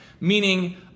Meaning